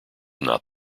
not